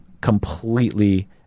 completely